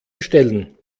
bestellen